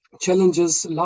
challenges